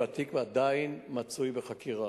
והתיק עדיין מצוי בחקירה.